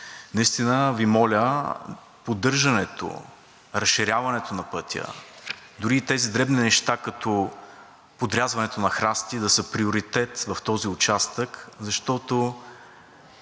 наистина Ви моля поддържането и разширяването на пътя, а дори и дребните неща като подрязването на храсти да са приоритет в този участък, защото